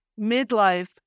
midlife